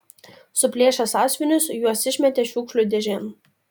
suplėšę sąsiuvinius juos išmetė šiukšlių dėžėn